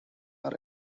are